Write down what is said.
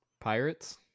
Pirates